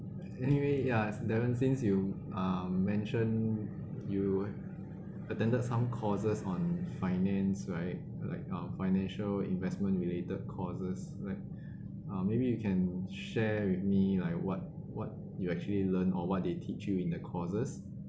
anyway ya daven since you um mentioned you attended some courses on finance right like uh financial investment related courses right um maybe you can share with me like what what you actually learn or what they teach you in the courses